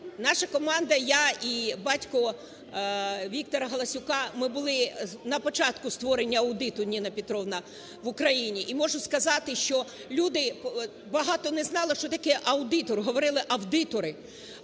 Наша команда, я і батько Віктора Галасюка, ми були на початку створення аудиту, Ніна Петрівна, в Україні і можу сказати, що люди багато не знали що таке аудитор, говорили авдитори.